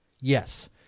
yes